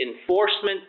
enforcement